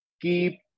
keep